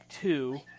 two